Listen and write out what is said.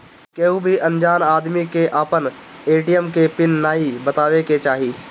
केहू भी अनजान आदमी के आपन ए.टी.एम के पिन नाइ बतावे के चाही